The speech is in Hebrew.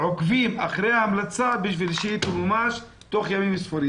עוקבים אחרי ההמלצה כדי שהיא תמומש תוך ימים ספורים?